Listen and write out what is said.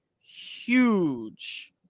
huge